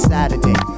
Saturday